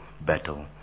battle